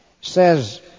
says